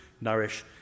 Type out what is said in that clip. nourish